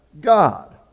God